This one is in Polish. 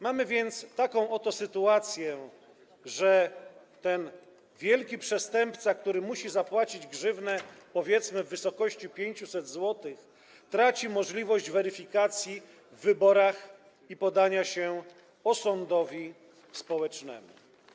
Mamy więc taką oto sytuację, że ten wielki przestępca, który musi zapłacić grzywnę, powiedzmy w wysokości 500 zł, traci możliwość weryfikacji w wyborach i podania się osądowi społecznemu.